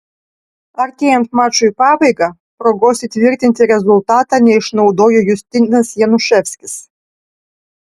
artėjant mačui į pabaigą progos įtvirtinti rezultatą neišnaudojo justinas januševskis